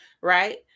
right